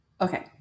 okay